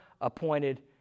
appointed